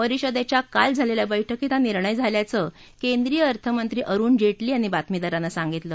परिषदेच्या काल झालेल्या बैठकीत हा निर्णय झाल्याचं केंद्रीय अर्थमंत्री अरुण जेटली यांनी बातमीदारांना सांगितलं